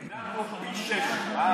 הגדלנו אותו פי-שישה.